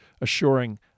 assuring